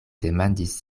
demandis